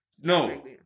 No